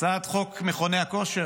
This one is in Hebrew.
הצעת חוק מכוני כושר,